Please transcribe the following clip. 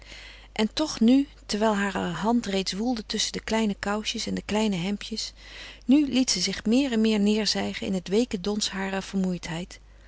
en toch nu terwijl hare hand steeds woelde tusschen de kleine kousjes en de kleine hemdjes nu liet ze zich meer en meer neêrzijgen in het weeke dons harer vermoeidheid